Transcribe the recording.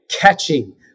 catching